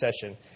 session